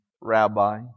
rabbi